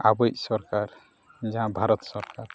ᱟᱵᱚᱭᱤᱡ ᱥᱚᱨᱠᱟᱨ ᱡᱟᱦᱟᱸ ᱵᱷᱟᱨᱚᱛ ᱥᱚᱨᱠᱟᱨ